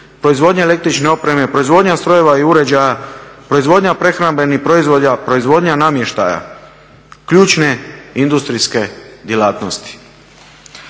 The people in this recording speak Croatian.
proizvodnja električne opreme, proizvodnja strojeva i uređaja, proizvodnja prehrambenih proizvoda, proizvodnja namještaja ključne industrijske djelatnosti.